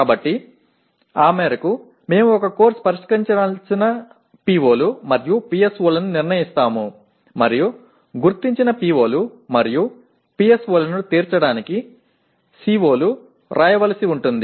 కాబట్టి ఆ మేరకు మేము ఒక కోర్సు పరిష్కరించాల్సిన PO లు మరియు PSO లను నిర్ణయిస్తాము మరియు గుర్తించిన PO లు మరియు PSO లను తీర్చడానికి CO లు వ్రాయవలసి ఉంటుంది